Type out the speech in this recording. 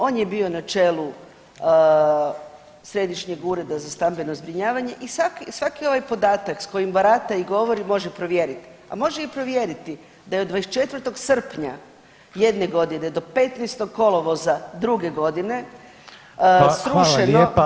On je bio na čelu Središnjeg ureda za stambeno zbrinjavanje i svaki ovaj podatak s kojim barata i govori, može provjeriti, a može i provjeriti da je od 24. srpnja jedne godine do 15. kolovoza druge godine srušeno